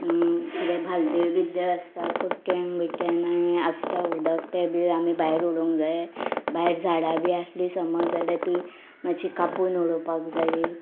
किदें भालद्यो बिदल्यो आसता कोट्ट्यांक बिट्ट्यांक आनी आसता उदक तें बी आमी भायर उडोवंक जाये भायर झाडां बी आसलीं समज जाल्यार ती मातशी कापून उडोवपाक जायी